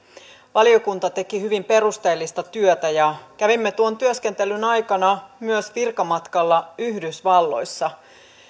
valiokunta teki hyvin perusteellista työtä ja kävimme tuon työskentelyn aikana myös virkamatkalla yhdysvalloissa